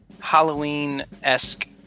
Halloween-esque